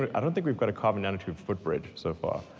i don't think we've got a carbon nano tube foot bridge so far,